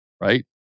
right